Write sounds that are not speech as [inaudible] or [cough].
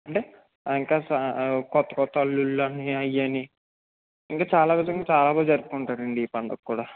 అంటే ఇంకా సా కొత్త కొత్త అల్లుళ్ళు అని అవని ఇంకా చాలా [unintelligible] చాలా బాగా జరుపుకుంటారండి ఈ పండగ కూడా